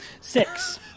Six